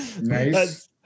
Nice